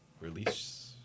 release